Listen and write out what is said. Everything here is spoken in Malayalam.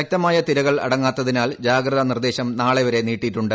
ശക്തമായ തിരകൾ അടങ്ങാത്തതിനാൽ ജാഗ്രതാ നിർദ്ദേശം നാളെവരെ നീട്ടിയിട്ടുണ്ട്